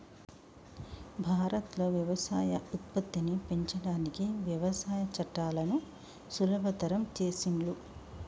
భారత్ లో వ్యవసాయ ఉత్పత్తిని పెంచడానికి వ్యవసాయ చట్టాలను సులభతరం చేసిండ్లు